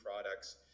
products